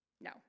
No